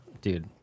Dude